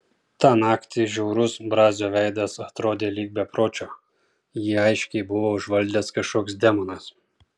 tą naktį žiaurus brazio veidas atrodė lyg bepročio jį aiškiai buvo užvaldęs kažkoks demonas